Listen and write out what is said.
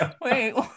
Wait